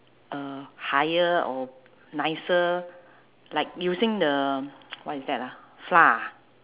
uh higher or nicer like using the what is that ah flour ah